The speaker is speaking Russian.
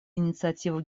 инициативу